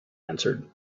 answered